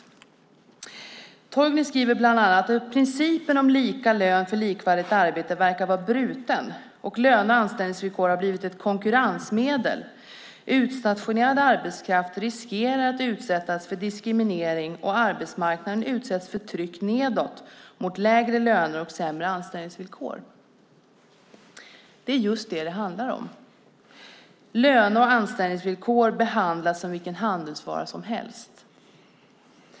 I sin interpellation säger Torgny Johansson bland annat att "principen om lika lön för likvärdigt arbete verkar vara bruten och löne och anställningsvillkor har blivit ett konkurrensmedel. Utstationerad arbetskraft riskerar att utsättas för diskriminering och arbetsmarknaden utsätts för tryck nedåt mot lägre löner och sämre anställningsvillkor." Det är just det som det handlar om. Löne och anställningsvillkor behandlas som vilken handelsvara som helst.